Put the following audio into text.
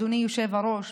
אדוני היושב-ראש,